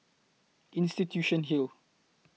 Institution Hill